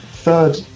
Third